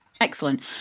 Excellent